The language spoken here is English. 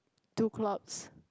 two clubs